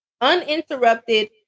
Uninterrupted